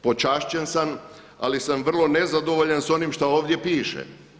Počašćen sam ali sam vrlo nezadovoljan s onim što ovdje piše.